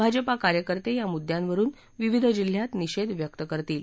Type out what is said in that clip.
भाजपा कार्यकर्ते या मुद्यांवरुन विविध जिल्ह्यात निषेध व्यक्त करतील